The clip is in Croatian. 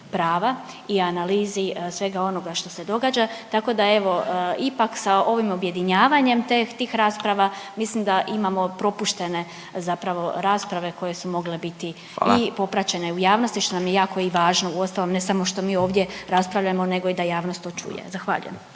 prava i analizi svega onoga što se događa tako da evo ipak sa ovim objedinjavanjem tih rasprava mislim da imamo propuštene zapravo rasprave koje su mogle biti …/Upadica Radin: Hvala./… i popraćene u javnosti što nam je jako i važno uostalom ne samo što mi ovdje raspravljamo nego i da javnost to čuje. Zahvaljujem.